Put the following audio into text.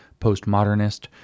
postmodernist